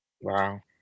Wow